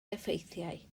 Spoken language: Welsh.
effeithiau